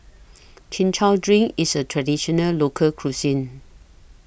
Chin Chow Drink IS A Traditional Local Cuisine